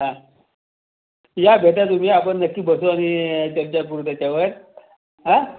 हां या भेटा तुम्ही आपण नक्की बसू आणि चर्चा करू त्याच्यावर हां